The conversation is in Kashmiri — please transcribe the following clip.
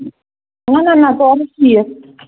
نَہ نَہ نَہ ژور ہتھ شیٖتھ